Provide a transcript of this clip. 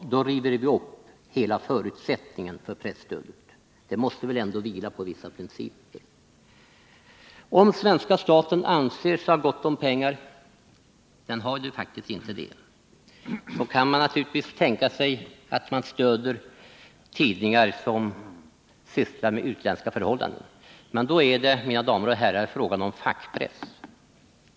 Då river vi upp hela förutsättningen för presstödet. Det måste väl ändå vila på vissa principer! Om svenska staten anser sig ha gott om pengar — den har ju faktiskt inte det — kan man naturligtvis tänka sig att man stöder tidningar som sysslar med utländska förhållanden. Men då är det, mina damer och herrar, fråga om fackpress